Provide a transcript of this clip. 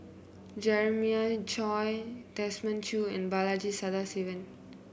Jeremiah Choy Desmond Choo and Balaji Sadasivan